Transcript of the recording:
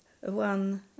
one